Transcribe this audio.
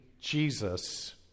Jesus